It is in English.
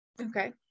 okay